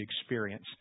experience